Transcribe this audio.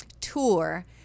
tour